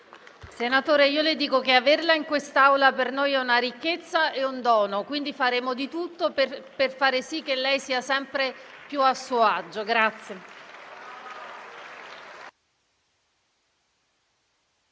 Senatore Guidi, le dico che averla in quest'Aula per noi è una ricchezza e un dono. Quindi, faremo di tutto per far sì che lei sia sempre più a suo agio.